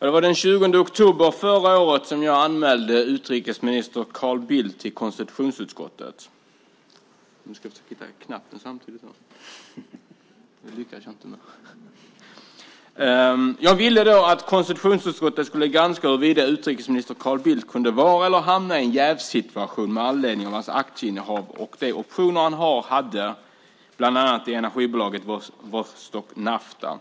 Den 20 oktober förra året anmälde jag utrikesminister Carl Bildt till konstitutionsutskottet. Jag ville att konstitutionsutskottet skulle granska huruvida utrikesminister Carl Bildt kunde vara eller hamna i en jävssituation med anledning av hans aktieinnehav och de optioner han har, hade, bland annat i energibolaget Vostok Nafta.